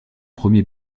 premier